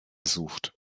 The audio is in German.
sucht